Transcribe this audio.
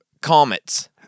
Comets